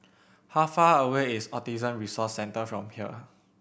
how far away is Autism Resource Centre from here